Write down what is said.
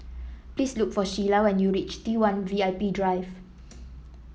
please look for Shiela when you reach T one V I P Drive